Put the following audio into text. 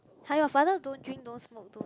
!huh! your father don't drink don't smoke don't